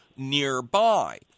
nearby